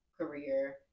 career